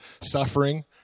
suffering